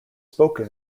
spoken